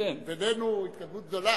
בינינו, התקדמות גדולה.